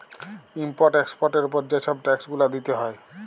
import এক্সপর্টের উপরে যে ছব ট্যাক্স গুলা দিতে হ্যয়